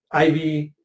IV